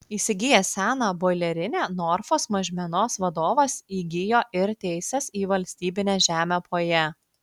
įsigijęs seną boilerinę norfos mažmenos vadovas įgijo ir teises į valstybinę žemę po ja